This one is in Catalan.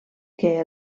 que